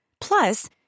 Plus